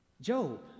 Job